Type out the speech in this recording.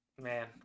Man